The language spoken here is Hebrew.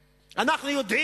מי נתן לו היתר.